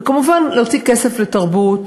וכמובן, להוציא כסף לתרבות